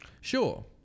Sure